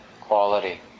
quality